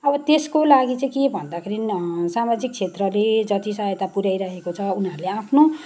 अब त्यसको लागि चाहिँ के भन्दाखेरि सामाजिक क्षेत्रले जति सहायता पुऱ्याइरहेको छ उनीहरूले आफ्नो